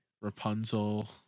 Rapunzel